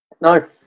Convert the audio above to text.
No